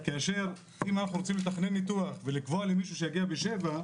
אם אנחנו רוצים לתכנן ניתוח ולקבוע למישהו שיגיע בשבע,